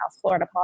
Florida